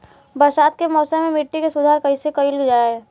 बरसात के मौसम में मिट्टी के सुधार कईसे कईल जाई?